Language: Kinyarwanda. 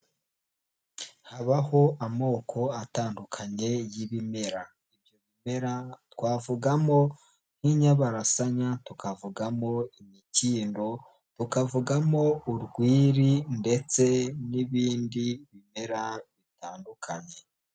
Habaho amoko atandukanye y'ibimera, ibyo bimera twavugamo nk'inyabarasanya, tukavugamo imikindo, tukavugamo urwiri ndetse n'ibindi bimera bitandukanye.